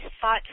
thought